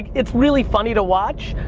it's really funny to watch.